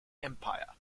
empire